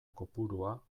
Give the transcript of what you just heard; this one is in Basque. kopurua